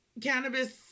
cannabis